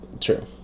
True